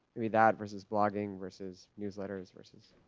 maybe that versus blogging versus newsletters versus.